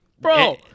Bro